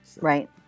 Right